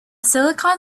silicon